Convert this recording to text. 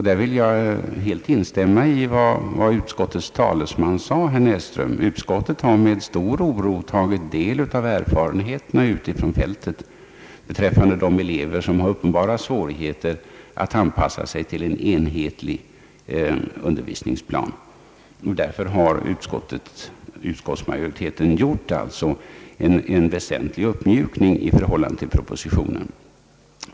Jag vill helt instämma i vad utskottets talesman herr Näsström sade, nämligen att utskottet med stor oro tagit del av erfarenheterna ute från fältet beträffande de elever som har uppenbara svårigheter att anpassa sig till en enhetlig undervisningsplan. Utskottsmajoriteten har gjort en väsentlig uppmjukning i förhållande till propositionen.